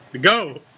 Go